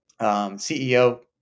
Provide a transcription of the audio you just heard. CEO